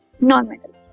non-metals